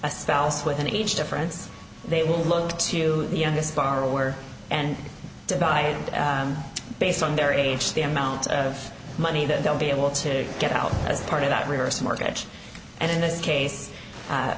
a spouse with an age difference they will look to the on this borrower and divide it based on their age the amount of money that they'll be able to get out as part of that reverse mortgage and in this case